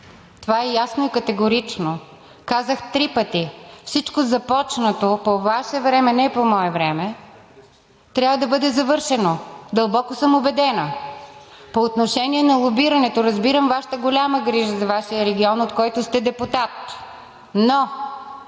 Това е ясно и категорично. Казах три пъти – всичко започнато по Ваше време, не по мое време, трябва да бъде завършено, дълбоко съм убедена. По отношение на лобирането. Разбирам Вашата голяма грижа за Вашия регион, от който сте депутат, но